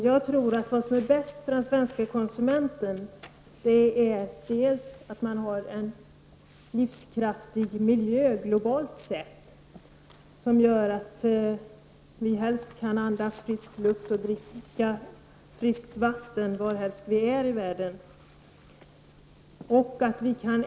Jag tror att det bästa för den svenska konsumenten är att man har en livskraftig miljö, som gör att vi kan andas frisk luft och dricka friskt vatten varhelst vi befinner oss i världen.